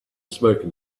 smoking